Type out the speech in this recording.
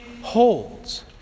holds